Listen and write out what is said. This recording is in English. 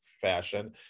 fashion